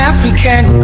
African